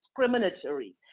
discriminatory